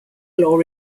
law